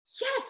yes